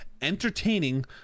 entertaining